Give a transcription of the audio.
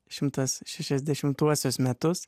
šimtas šešiasdešimtuosius metus